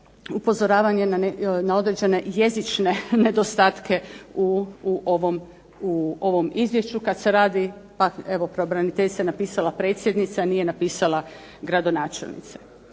upozoravanje na određene jezične nedostatke u ovom Izvješću kada se radi, evo pravobraniteljica je napisala predsjednica nije napisala gradonačelnica.